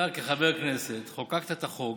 אתה כחבר כנסת חוקקת את החוק